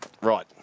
Right